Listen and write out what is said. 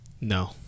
No